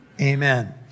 Amen